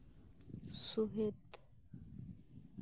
ᱥᱩᱦᱮᱫ